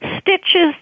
stitches